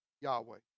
Yahweh